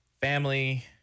family